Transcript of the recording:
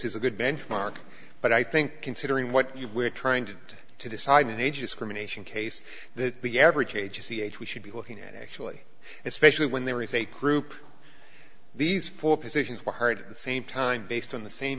is a good benchmark but i think considering what you were trying to decide when age discrimination case that the average age is the age we should be looking at actually especially when there is a croup these four positions were heard the same time based on the same